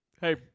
hey